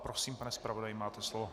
Prosím, pane zpravodaji, máte slovo.